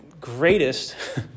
greatest